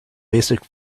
basic